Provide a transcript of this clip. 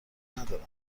ندارن